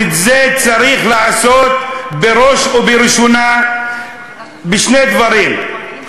ואת זה צריך לעשות בראש ובראשונה בשני דברים: